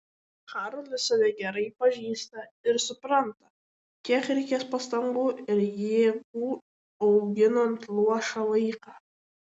karolis save gerai pažįsta ir supranta kiek reikės pastangų ir jėgų auginant luošą vaiką